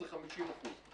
זה 50%,